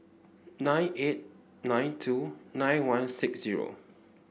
nine eight nine two nine one six zero